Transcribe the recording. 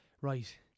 right